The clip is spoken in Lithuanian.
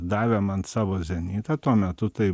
davė man savo zenitą tuo metu tai